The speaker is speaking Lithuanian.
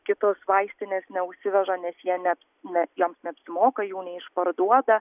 kitos vaistinės neužsiveža nes jie ne ne joms neapsimoka jų neišparduoda